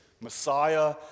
Messiah